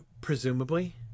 Presumably